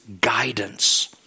guidance